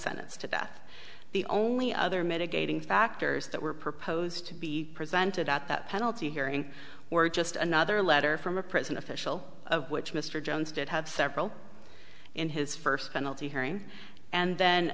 sentenced to death the only other mitigating factors that were proposed to be presented at that penalty hearing were just another letter from a prison official which mr jones did have several in his first penalty hearing and then